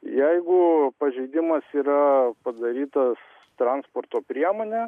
jeigu pažeidimas yra padarytas transporto priemone